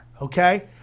okay